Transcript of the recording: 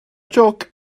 jôc